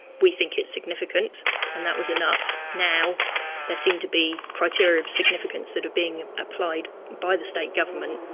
we think it's significant and that was enough, now there seem to be criteria of significance that are being applied by the state government.